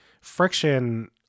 friction